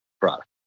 product